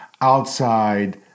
outside